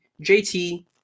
JT